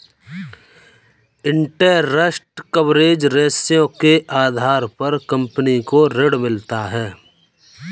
interest coverage ratio के आधार पर कंपनी को ऋण मिलता है